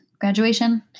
graduation